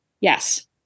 Yes